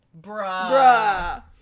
Bruh